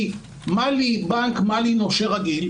כי מה לי בנק, מה לי נושה רגיל?